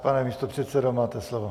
Pane místopředsedo, máte slovo.